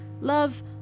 love